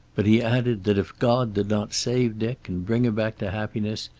but he added that if god did not save dick and bring him back to happiness,